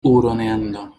huroneando